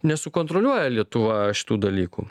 nesukontroliuoja lietuva šitų dalykų